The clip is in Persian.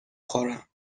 خورم